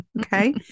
Okay